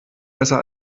besser